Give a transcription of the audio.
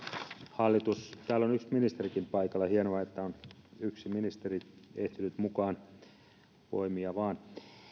hallitus täällä on yksi ministerikin paikalla hienoa että on yksi ministeri ehtinyt mukaan voimia vain